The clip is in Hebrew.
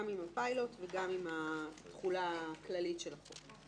גם עם הפיילוט וגם עם התחולה הכללית של החוק.